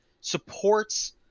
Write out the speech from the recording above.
supports